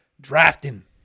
drafting